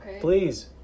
Please